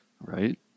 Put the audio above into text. Right